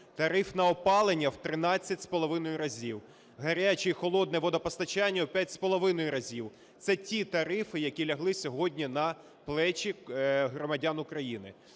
тариф на опалення – в 13,5 разів, гаряче і холодне водопостачання - в 5,5 разів. Це ті тарифи, які лягли сьогодні на плечі громадян України.